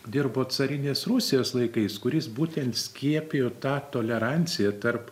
dirbo carinės rusijos laikais kuris būtent skiepijo tą toleranciją tarp